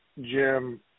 Jim